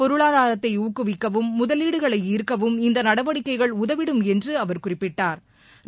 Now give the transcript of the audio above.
பொருளாதாரத்தை ஊக்குவிக்கவும் முதலீடுகளை ஈர்க்கவும் இந்த நடவடிக்கைகள் உதவிடும் என்று அவர் குறிப்பிட்டாா்